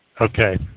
okay